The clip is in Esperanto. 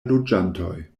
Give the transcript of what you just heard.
loĝantoj